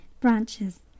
branches